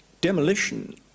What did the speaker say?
demolition